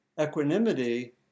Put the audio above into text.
equanimity